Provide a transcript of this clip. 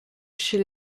chez